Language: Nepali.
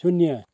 शून्य